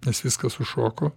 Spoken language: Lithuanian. nes viskas sušoko